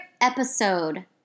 episode